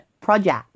project